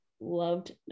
loved